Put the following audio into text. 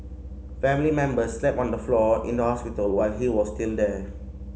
family members slept on the floor in the hospital while he was still there